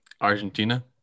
Argentina